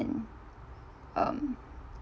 and um